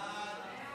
חוק רישוי